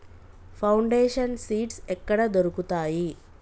Foundation seeds ఎక్కడ దొరుకుతాయి?